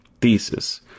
Thesis